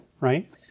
right